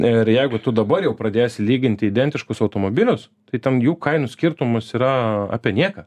ir jeigu tu dabar jau pradėsi lyginti identiškus automobilius tai ten jų kainų skirtumus yra apie nieką